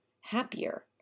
happier